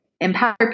empower